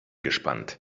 gespannt